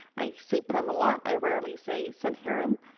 i say premala, i rarely say sandharam,